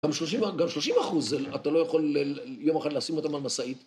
גם שלושים אחוז אתה לא יכול יום אחד לשים אותם על משאית